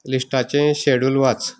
लिस्टांचें schedule वाच